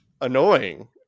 annoying